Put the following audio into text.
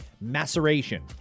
maceration